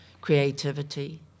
creativity